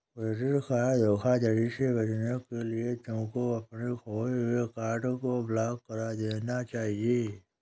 credit card धोखाधड़ी से बचने के लिए तुमको अपने खोए हुए कार्ड को ब्लॉक करा देना चाहिए